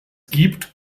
gibt